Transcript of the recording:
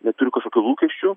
neturiu kažkokių lūkesčių